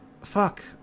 fuck